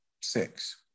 six